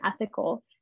ethical